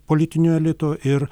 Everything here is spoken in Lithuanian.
politinio elito ir